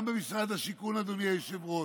גם במשרד השיכון, אדוני היושב-ראש,